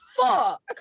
fuck